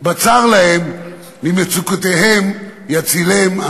בצר להם ממצֻקותיהם יצילם".